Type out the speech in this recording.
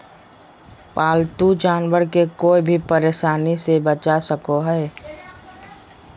पालतू जानवर के कोय भी परेशानी से बचा सको हइ